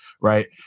right